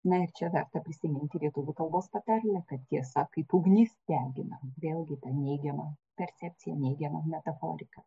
na ir čia verta prisiminti lietuvių kalbos patarlę kad tiesa kaip ugnis degina vėlgi ta neigiama percepcija neigiama metaforika